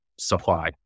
supply